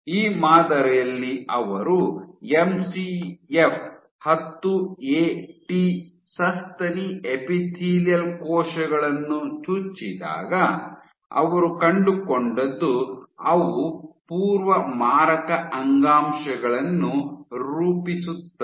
ಈ ಮಾದರಿಯಲ್ಲಿ ಅವರು ಎಂಸಿಎಫ್ 10 ಎಟಿ ಸಸ್ತನಿ ಎಪಿಥೇಲಿಯಲ್ ಕೋಶಗಳನ್ನು ಚುಚ್ಚಿದಾಗ ಅವರು ಕಂಡುಕೊಂಡದ್ದು ಅವು ಪೂರ್ವ ಮಾರಕ ಅಂಗಾಂಶಗಳನ್ನು ರೂಪಿಸುತ್ತವೆ